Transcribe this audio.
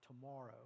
tomorrow